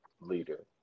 leader